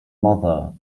mother